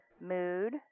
mood